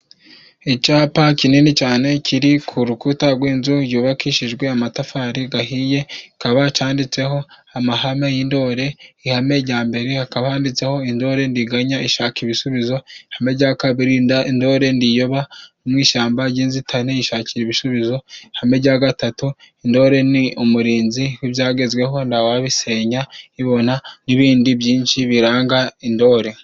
Icyapa kinini cyane kiri ku rukuta rw'inzu yubakishijwe amatafari gahiye. Kikaba cyanditseho amahame y'indore. Ihame rya mbere hakaba handitseho indore ndiganya ishaka ibisubizo, ihame rya kabiri indore ndiyoba no mu ishyamba ry'inzitane yishakira ibisubizo, ihame rya gatatu, intore ni umurinzi w'ibyagezweho ntawabisenya ibona n'ibindi byinshi biranga indore.